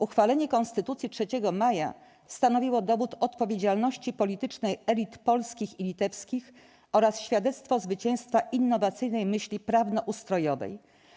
Uchwalenie Konstytucji 3 Maja stanowiło dowód odpowiedzialności politycznej elit polskich i litewskich oraz świadectwo zwycięstwa innowacyjnej myśli prawnoustrojowej.